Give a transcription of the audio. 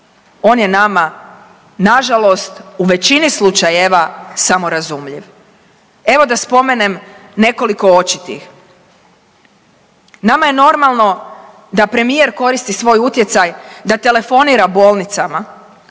On je nama na žalost u većini slučajeva samorazumljiv. Evo da spomenem nekoliko očitih. Nama je normalno da premijer koristi svoj utjecaj da telefonira bolnicama